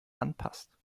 anpasst